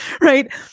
right